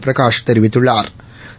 பிரகாஷ் தெரிவித்துள்ளாா்